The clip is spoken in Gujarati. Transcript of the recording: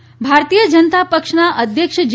નડ્ટા ભારતીય જનતા પક્ષના અધ્યક્ષ જે